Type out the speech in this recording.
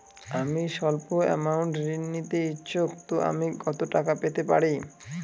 আমি সল্প আমৌন্ট ঋণ নিতে ইচ্ছুক তো আমি কত টাকা পেতে পারি?